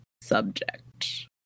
subject